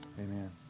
Amen